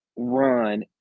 Run